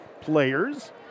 players